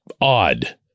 odd